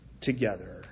together